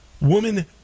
woman